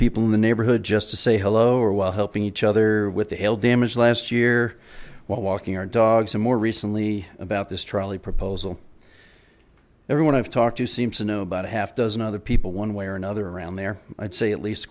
people in the neighborhood just to say hello or while helping each other with the hail damage last year while walking our dogs and more recently about this trolley proposal everyone i've talked to seems to know about a half dozen other people one way or another around there i'd say at least a